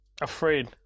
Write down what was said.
afraid